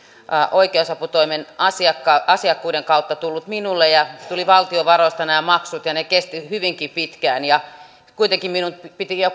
oikeusaputoimen asiakkuuden kautta tullut minulle ja nämä maksut tulivat valtion varoista ja se kesti hyvinkin pitkään kuitenkin minun piti jo